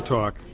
Talk